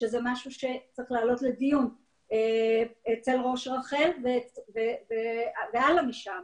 שזה משהו שצריך לעלות לדיון אצל ראש רח"ל והלאה משם.